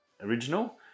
original